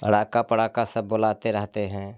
आड़ाका पाड़ाका सब बोलाते रहते हैं